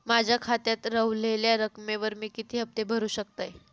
माझ्या खात्यात रव्हलेल्या रकमेवर मी किती हफ्ते भरू शकतय?